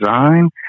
design